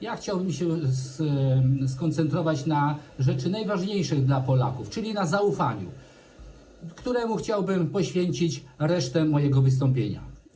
Ja chciałbym się skoncentrować na rzeczy najważniejszej dla Polaków, czyli na zaufaniu, któremu chciałbym poświęcić resztę mojego wystąpienia.